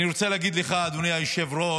אני רוצה להגיד לך, אדוני היושב-ראש,